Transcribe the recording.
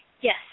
Yes